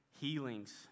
healings